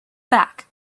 back